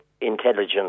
intelligence